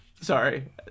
sorry